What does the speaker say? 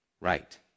Right